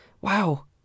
Wow